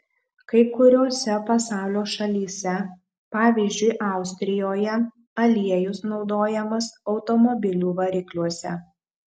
kai kuriose pasaulio šalyse pavyzdžiui austrijoje aliejus naudojamas automobilių varikliuose